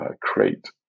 create